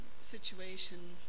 Situation